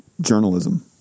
journalism